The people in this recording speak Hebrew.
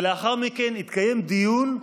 ולאחר מכן התקיים דיון,